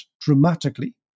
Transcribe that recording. dramatically